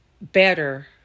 better